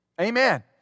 Amen